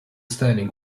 standing